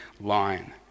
line